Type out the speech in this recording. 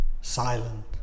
silent